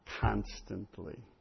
constantly